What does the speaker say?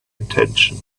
attention